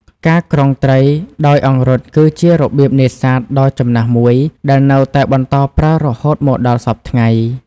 ការក្រុងត្រីដោយអង្រុតគឺជារបៀបនេសាទដ៏ចំណាស់មួយ ដែលនៅតែបន្តប្រើរហូតមកដល់សព្វថ្ងៃ។